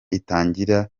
itangira